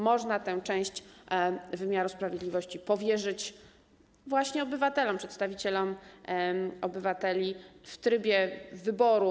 Można tę część wymiaru sprawiedliwości powierzyć właśnie obywatelom, przedstawicielom obywateli, w trybie wyboru.